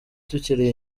tukiri